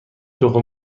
تخم